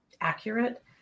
accurate